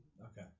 Okay